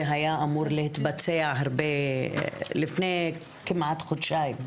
זה היה אמור להתבצע לפני כמעט חודשיים.